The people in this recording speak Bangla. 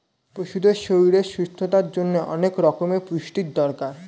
পশুদের শরীরের সুস্থতার জন্যে অনেক রকমের পুষ্টির দরকার